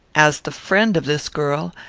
as the friend of this girl,